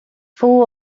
full